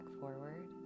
forward